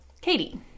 Katie